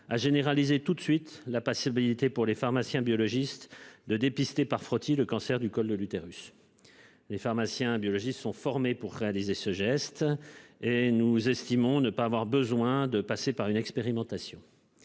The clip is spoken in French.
Ah généraliser toute de suite la passer banalité pour les pharmaciens biologistes de dépister par frottis le cancer du col de l'utérus. Les pharmaciens biologistes sont formés pour réaliser ce geste et nous estimons ne pas avoir besoin de passer par une expérimentation.